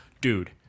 dude